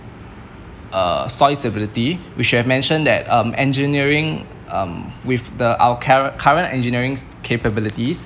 uh soil stability which I've mentioned that um engineering um with the our cur~ current engineering capabilities